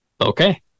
okay